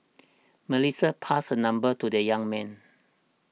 Melissa passed her number to the young man